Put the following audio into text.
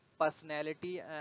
personality